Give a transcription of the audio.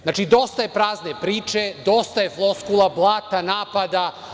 Znači, dosta je prazne priče, dosta je floskula, blata, napada.